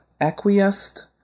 acquiesced